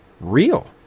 real